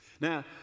Now